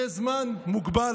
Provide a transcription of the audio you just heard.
לזמן מוגבל,